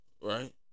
Right